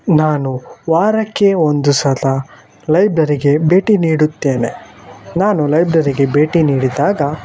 ನಾನು ವಾರಕ್ಕೆ ಒಂದು ಸಲ ಲೈಬ್ರರಿಗೆ ಭೇಟಿ ನೀಡುತ್ತೇನೆ ನಾನು ಲೈಬ್ರರಿಗೆ ಭೇಟಿ ನೀಡಿದಾಗ